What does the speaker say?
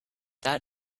that